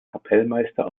kapellmeister